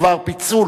בדבר פיצול